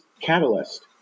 catalyst